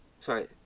Sorry